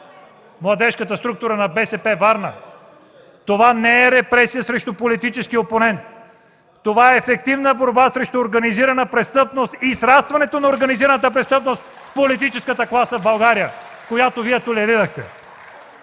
младежката структура на БСП – Варна. Това не е репресия срещу политически опонент, а ефективна борба срещу организирана престъпност и срастването й с политическата класа в България, която Вие толерирахте.